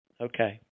Okay